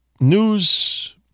news